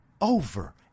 over